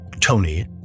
Tony